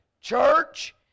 Church